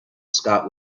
scott